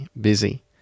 busy